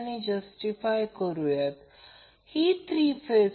आता हे कसे होईल तुलना करावी लागेल